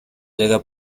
llega